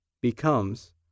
becomes